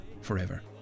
forever